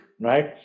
right